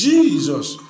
Jesus